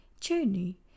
journey